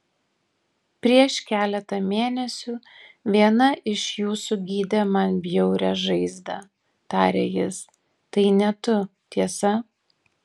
prieš keletą mėnesių viena iš jūsų gydė man bjaurią žaizdą tarė jis tai ne tu tiesa